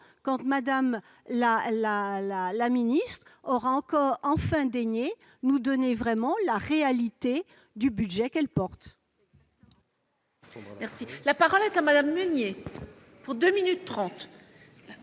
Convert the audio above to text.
quand Mme la ministre aura enfin daigné nous donner vraiment la réalité du budget qu'elle porte.